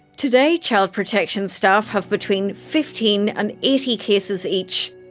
today, child protection staff have between fifteen and eighty cases each.